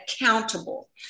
accountable